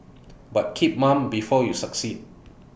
but keep mum before you succeed